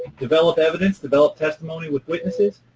develop evidence, develop testimony with witnesses.